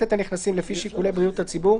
את הנכנסים לפי שיקולי בריאות הציבור,